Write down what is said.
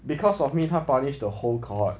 because of me 他 punish the whole cohort